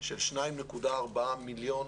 של 2.4 מיליון